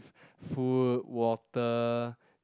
food water